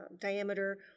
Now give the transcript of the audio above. diameter